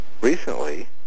Recently